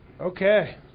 Okay